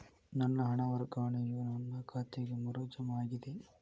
ನನ್ನ ಹಣ ವರ್ಗಾವಣೆಯು ನನ್ನ ಖಾತೆಗೆ ಮರು ಜಮಾ ಆಗಿದೆ